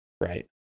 right